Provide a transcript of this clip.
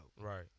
Right